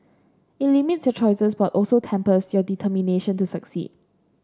it limits your choices but also tempers your determination to succeed